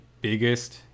biggest